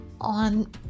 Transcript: on